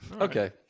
Okay